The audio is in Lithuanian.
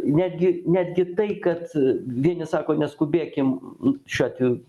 netgi netgi tai kad vieni sako neskubėkim šiuo atveju